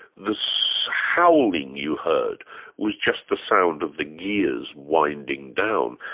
the so howling you heard was just the sound of the gears winding down.